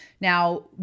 Now